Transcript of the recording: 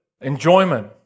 Enjoyment